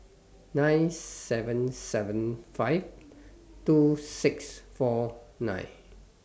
nine seven seven five two six four nine